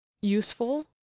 useful